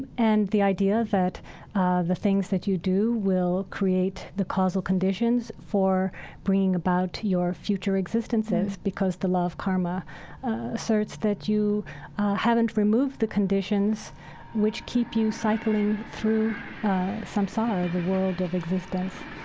and and the idea of that ah the things that you do will create the causal conditions for bringing about your your future existences because the law of karma asserts that you haven't removed the conditions which keep you cycling through some sorrow, the world of existence,